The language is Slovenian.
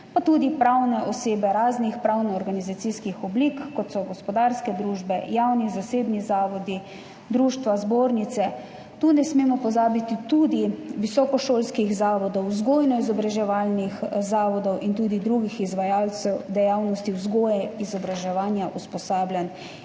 pa tudi pravne osebe raznih pravnoorganizacijskih oblik, kot so gospodarske družbe, javni in zasebni zavodi, društva, zbornice. Tu ne smemo pozabiti tudi visokošolskih zavodov, vzgojno-izobraževalnih zavodov in drugih izvajalcev dejavnosti vzgoje in izobraževanja, usposabljanj